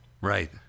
Right